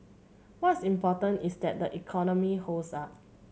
what's important is that the economy holds up